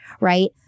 right